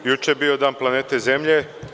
Juče je bio Dan planete Zemlje.